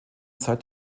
seit